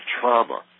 trauma